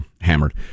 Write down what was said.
hammered